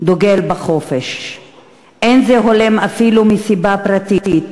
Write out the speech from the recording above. דוגל בחופש / אין זה הולם אפילו מסיבה פרטית.